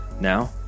Now